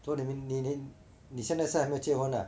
so that means 你你你现在是还没有结婚啊